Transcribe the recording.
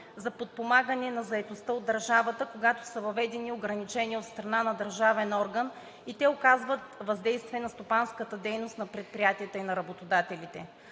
за подпомагане на заетостта от държавата, когато са въведени ограничения от страна на държавен орган и те оказват въздействие на стопанската дейност на предприятията и на работодателите.